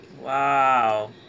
Wow